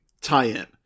tie-in